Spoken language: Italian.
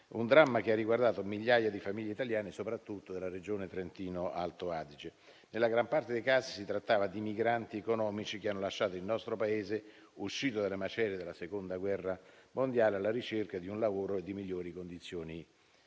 un dramma che ha riguardato migliaia di famiglie italiane, soprattutto della Regione Trentino-Alto Adige. Nella gran parte dei casi si trattava di migranti economici che hanno lasciato il nostro Paese, uscito dalle macerie della Seconda guerra mondiale, alla ricerca di un lavoro e di migliori condizioni